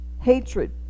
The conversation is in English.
hatred